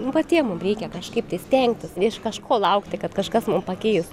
nu patiem mum reikia kažkaip tai stengtis iš kažko laukti kad kažkas mum pakeis